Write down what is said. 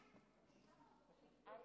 אדוני